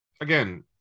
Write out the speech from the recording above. Again